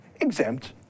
exempt